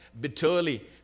bitterly